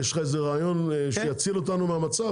יש לך איזה רעיון שיציל אותנו מהמצב?